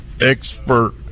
expert